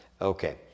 Okay